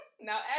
Now